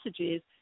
messages